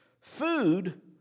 Food